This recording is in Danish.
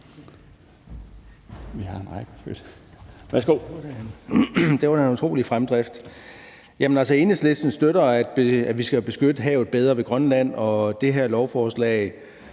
Det var da en utrolig fremdrift. Enhedslisten støtter, at vi skal beskytte havet bedre ved Grønland, og det her lovforslag